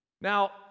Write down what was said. Now